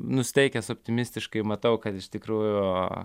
nusiteikęs optimistiškai matau kad iš tikrųjų